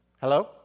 Hello